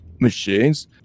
machines